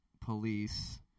police